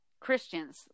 christians